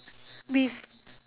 with